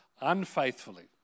unfaithfully